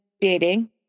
dating